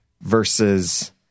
versus